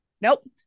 nope